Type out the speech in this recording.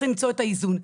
צריך למצוא את האיזון.